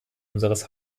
unseres